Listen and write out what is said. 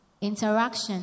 Interaction